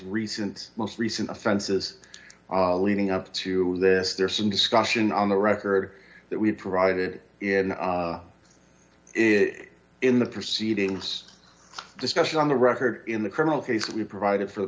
recent most recent offenses leading up to this there's some discussion on the record that we provided is in the proceedings discussion on the record in the criminal case that we provided for the